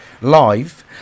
live